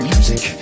Music